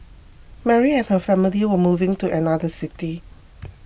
Mary and her family were moving to another city